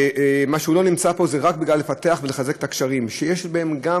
וכשהוא לא נמצא פה זה רק כדי לפתח ולחזק את הקשרים שיש בין המדע